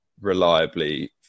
reliably